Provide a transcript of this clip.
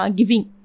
giving